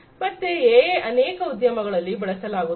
ಮತ್ತೆ ಎಐ ಅನೇಕ ಉದ್ಯಮಗಳಲ್ಲಿ ಬಳಸಲಾಗುತ್ತದೆ